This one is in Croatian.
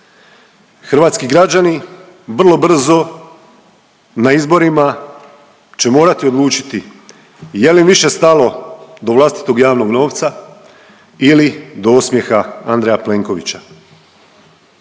Hrvatski građani vrlo brzo na izborima će morati odlučiti jel im više stalo do vlastitog javnog novca ili do osmijeha Andreja Plenkovića.